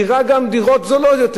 גם דירות זולות יותר?